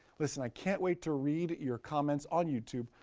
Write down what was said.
listen, i can't wait to read your comments on youtube,